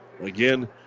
Again